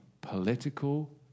political